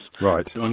Right